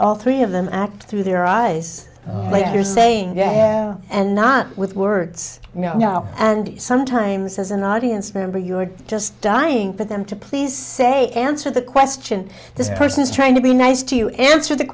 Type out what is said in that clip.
all three of them act through their eyes they are saying and not with words now and sometimes as an audience member you're just dying for them to please say answer the question this person is trying to be nice to you answer the